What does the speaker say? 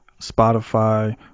Spotify